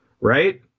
Right